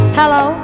hello